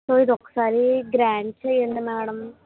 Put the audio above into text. please ఒక్కసారి grant చేయండి madam